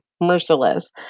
merciless